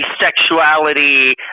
sexuality